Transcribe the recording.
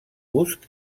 gust